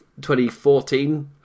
2014